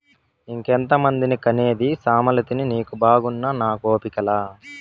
ఇంకెంతమందిని కనేది సామలతిని నీకు బాగున్నా నాకు ఓపిక లా